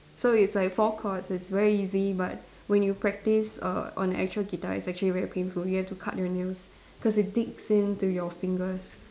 so it's like four chords it's very easy but when you practice err on actual guitar it's actually very painful you have to cut your nails cause it digs into your fingers